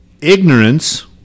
ignorance